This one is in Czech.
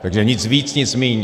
Takže nic víc, nic míň.